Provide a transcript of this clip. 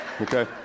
okay